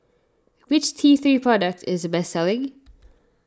which T three product is the best selling